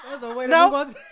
No